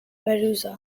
medusa